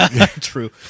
True